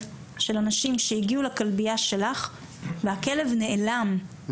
של אנשים שהגיעו לכלבייה שלך והכלב נעלם,